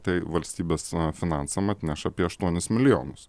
tai valstybės finansam atneš apie aštuonis milijonus